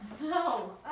No